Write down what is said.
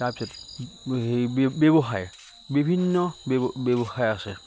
তাৰপিছত হেৰি ব্যৱসায় বিভিন্ন ব্যৱসায় আছে